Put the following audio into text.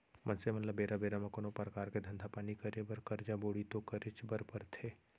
मनसे मन ल बेरा बेरा म कोनो परकार के धंधा पानी करे बर करजा बोड़ी तो करेच बर परथे